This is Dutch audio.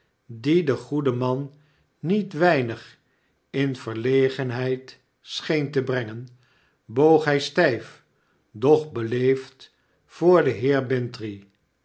die den goeden man niet weinig in verlegenheid scheen te brengen boog hij stp doch beleefd voor den